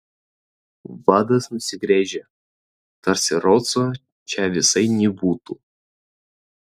vadas nusigręžė tarsi ročo čia visai nebūtų